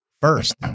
first